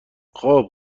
خوب